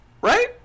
Right